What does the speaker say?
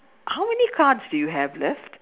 how many cards do you have left